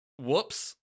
whoops